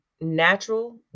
natural